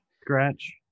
Scratch